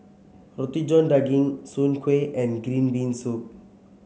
Roti John Daging Soon Kuih and Green Bean Soup